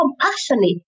compassionate